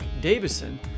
Davison